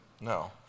No